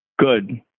Good